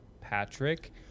Patrick